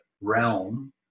realm